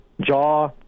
jaw